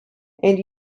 and